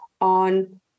on